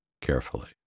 carefully